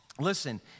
Listen